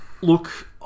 Look